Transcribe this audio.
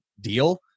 deal